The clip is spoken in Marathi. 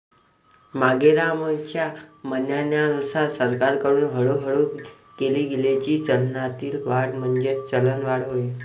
मांगेरामच्या म्हणण्यानुसार सरकारकडून हळूहळू केली गेलेली चलनातील वाढ म्हणजेच चलनवाढ होय